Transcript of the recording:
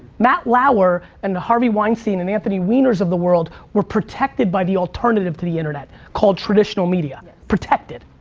matt lauer and the harvey weinstein and anthony wiener's of the world were protected by the alternative to the internet, cold traditional media. protected.